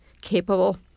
capable